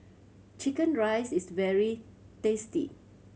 chicken rice is very tasty